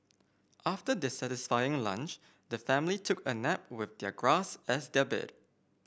after their satisfying lunch the family took a nap with their grass as their bed